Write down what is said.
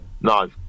No